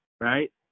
right